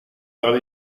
tra